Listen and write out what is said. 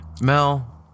Mel